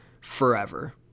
forever